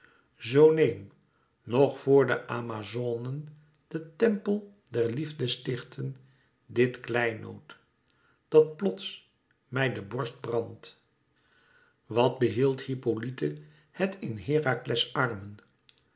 zoo neem nog vor de amazonen den tempel der liefde stichten dit kleinood dat plots mij de borst brandt wat behield hippolyte het in herakles armen